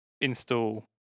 install